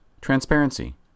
Transparency